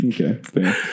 okay